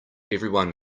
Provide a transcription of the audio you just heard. everyone